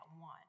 one